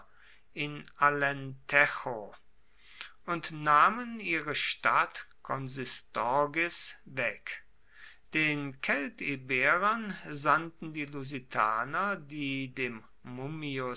und nahmen ihre stadt conistorgis weg den keltiberern sandten die lusitaner die dem mummius